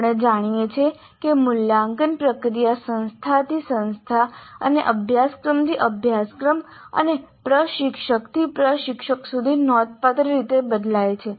આપણે જાણીએ છીએ કે મૂલ્યાંકન પ્રક્રિયા સંસ્થાથી સંસ્થા અને અભ્યાસક્રમથી અભ્યાસક્રમ અને પ્રશિક્ષકથી પ્રશિક્ષક સુધી નોંધપાત્ર રીતે બદલાય છે